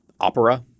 Opera